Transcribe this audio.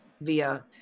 via